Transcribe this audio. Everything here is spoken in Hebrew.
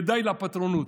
ודי לפטרונות.